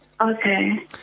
okay